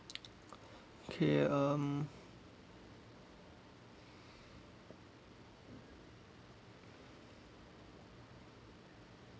okay um